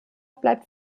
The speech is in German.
bleibt